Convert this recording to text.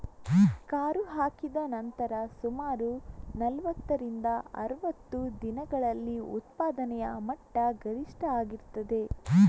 ಕರು ಹಾಕಿದ ನಂತರ ಸುಮಾರು ನಲುವತ್ತರಿಂದ ಅರುವತ್ತು ದಿನಗಳಲ್ಲಿ ಉತ್ಪಾದನೆಯ ಮಟ್ಟ ಗರಿಷ್ಠ ಆಗಿರ್ತದೆ